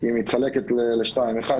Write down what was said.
נחלק לשניים: דבר אחד,